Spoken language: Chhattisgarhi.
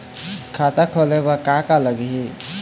खाता खोले बर का का लगही?